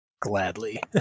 Gladly